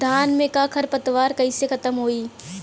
धान में क खर पतवार कईसे खत्म होई?